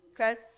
Okay